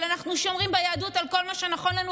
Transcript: אבל אנחנו שומרים ביהדות על כל מה שנכון לנו